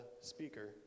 speaker